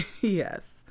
yes